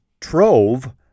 trove